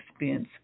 expense